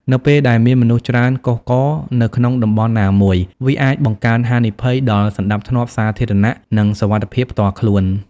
នៅពេលដែលមានមនុស្សច្រើនកុះករនៅក្នុងតំបន់ណាមួយ វាអាច បង្កើនហានិភ័យ ដល់សណ្តាប់ធ្នាប់សាធារណៈ និងសុវត្ថិភាពផ្ទាល់ខ្លួន។